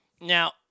Now